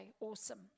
awesome